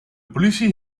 politie